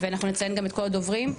ואנחנו נציין גם את כל הדוברים,